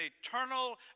eternal